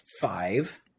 five